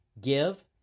give